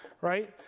Right